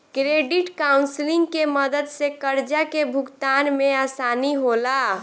credit counselling के मदद से कर्जा के भुगतान में आसानी होला